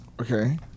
Okay